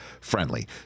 friendly